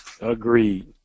agreed